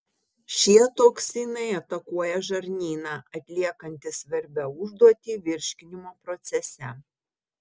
šie toksinai atakuoja žarnyną atliekantį svarbią užduotį virškinimo procese